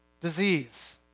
disease